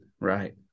Right